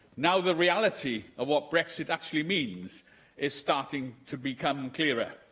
now the reality of what brexit actually means is starting to become clearer.